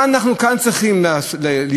מה אנחנו כאן צריכים לשאול,